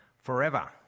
forever